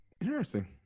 Interesting